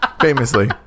famously